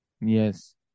Yes